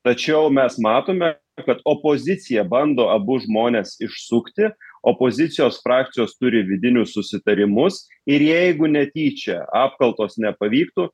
tačiau mes matome kad opozicija bando abu žmones išsukti opozicijos frakcijos turi vidinius susitarimus ir jeigu netyčia apkaltos nepavyktų